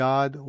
God